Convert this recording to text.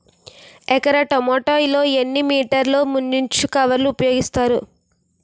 ఎకర టొమాటో లో ఎన్ని మీటర్ లో ముచ్లిన్ కవర్ ఉపయోగిస్తారు?